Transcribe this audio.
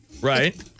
Right